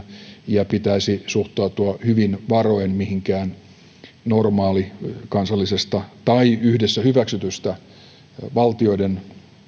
ja pitäisi suhtautua hyvin varoen mihinkään normaalista kansallisesta tai yhdessä hyväksytystä valtioiden